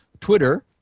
Twitter